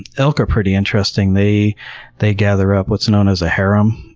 elk are pretty interesting. they they gather up what's known as a harem,